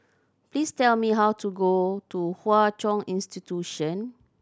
please tell me how to go to Hwa Chong Institution